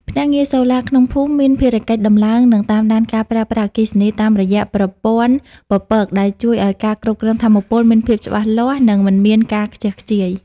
ភ្នាក់ងារសូឡាក្នុងភូមិមានភារកិច្ចដំឡើង និងតាមដានការប្រើប្រាស់អគ្គិសនីតាមរយៈប្រព័ន្ធពពក ដែលជួយឱ្យការគ្រប់គ្រងថាមពលមានភាពច្បាស់លាស់ និងមិនមានការខ្ជះខ្ជាយ។